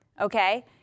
okay